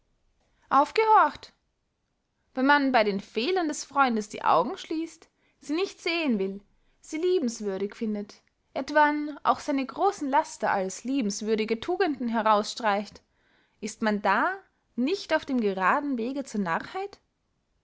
aufgehorcht wenn man bey den fehlern des freundes die augen schließt sie nicht sehen will sie liebenswürdig findet etwann auch seine grossen laster als liebenswürdige tugenden herausstreicht ist man da nicht auf dem geraden wege zur